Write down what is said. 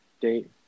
date